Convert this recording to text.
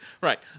Right